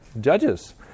judges